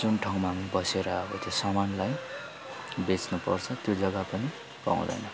जुन ठाउँमा हामी बसेर अब त्यो सामानलाई बेच्नुपर्छ त्यो जग्गा पनि पाउँदैन